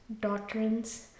doctrines